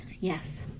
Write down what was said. Yes